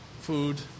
food